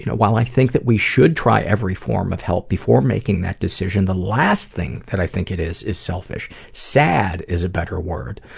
you know while i think that we should try every form of help before making that decision, the last thing that i think it is is selfish. sad is a better word.